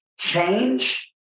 change